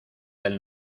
del